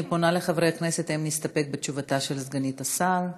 אני פונה אל חברי הכנסת: האם נסתפק בתשובתה של סגנית השר?